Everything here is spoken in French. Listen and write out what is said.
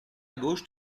gauche